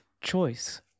choice